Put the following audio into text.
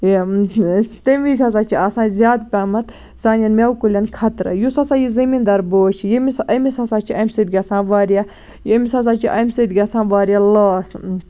یہِ تَمہِ وِزِ ہسا چھِ آسان زیادٕ پَہمَتھ سانین میوٕ کُلین خَطرٕ یُس ہسا یہِ زٔمیٖن دار بوے چھُ ییٚمِس أمِس ہسا چھُ اَمہِ سۭتۍ گژھان واریاہ ییٚمِس ہسا چھُ اَمہِ سۭتۍ گژھان واریاہ لوس